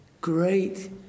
great